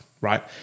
right